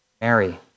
Mary